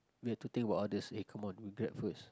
we have to think about others eh come on we grab first